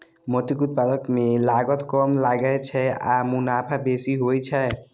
मोतीक उत्पादन मे लागत कम लागै छै आ मुनाफा बेसी होइ छै